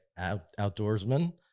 outdoorsman